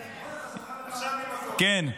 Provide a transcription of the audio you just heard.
חברים,